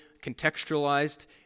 contextualized